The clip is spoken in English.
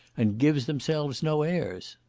and gives themselves no airs?